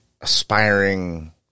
aspiring